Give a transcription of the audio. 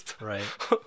right